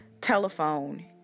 Telephone